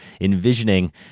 envisioning